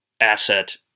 asset